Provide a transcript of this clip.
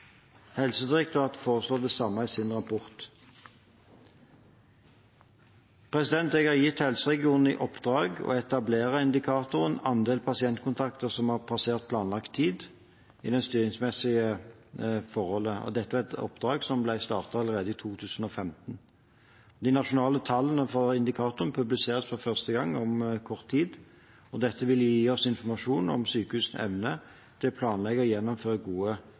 Helsedirektoratet foreslår det samme i sin rapport. Jeg har gitt helseregionene i oppdrag å etablere indikatoren «Andel pasientkontakter som har passert planlagt tid» i det styringsmessige forholdet. Dette er et oppdrag som ble startet allerede i 2015. De nasjonale tallene for indikatoren publiseres for første gang om kort tid, og dette vil gi oss informasjon om sykehusenes evne til å planlegge og gjennomføre gode